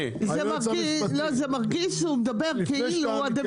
כל מי